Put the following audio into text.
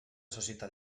societat